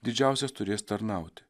didžiausias turės tarnauti